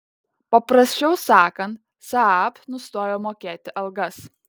paprasčiau sakant saab nustojo mokėti algas